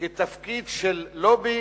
בתפקיד של לובי